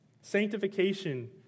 Sanctification